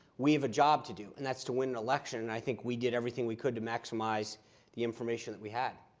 we have a job to do, and that's to win an election. and i think we did everything we could to maximize the information that we had.